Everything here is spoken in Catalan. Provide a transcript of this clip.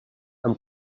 amb